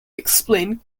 explain